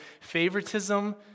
favoritism